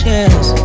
Yes